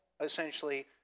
essentially